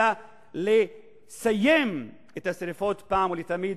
אלא לסיים את השרפות פעם ולתמיד,